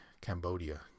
Cambodia